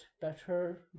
better